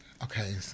Okay